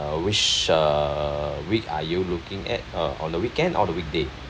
which uh week are you looking at uh on the weekend or the weekday